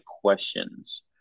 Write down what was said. questions